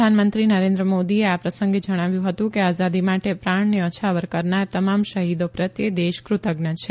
પ્રધાનમંત્રી નરેન્દ્ર મોદીએ આ પ્રસંગે જણાવ્યુ હતું કે આઝાદી માટે પ્રાણ ન્યોછાવર કરનાર તમામ શહીદો પ્રત્યે દેશ કૃતજ્ઞ છે